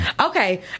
Okay